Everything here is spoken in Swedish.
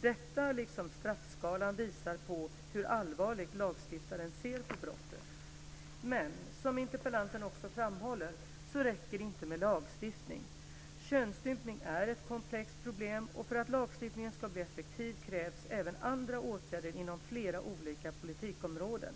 Detta, liksom straffskalan, visar på hur allvarligt lagstiftaren ser på brottet. Men som interpellanten också framhåller så räcker det inte med lagstiftning. Könsstympning är ett komplext problem och för att lagstiftningen ska bli effektiv krävs även andra åtgärder inom flera olika politikområden.